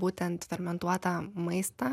būtent fermentuotą maistą